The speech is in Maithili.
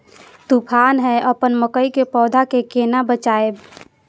तुफान है अपन मकई के पौधा के केना बचायब?